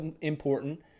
important